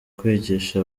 kwigisha